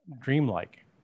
dreamlike